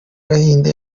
gahinda